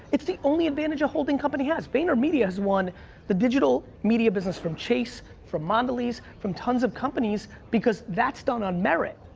it's the only advantage a holding company has. vaynermedia has won the digital media business from chase, from mondelez, from tons of companies because that's done on merit.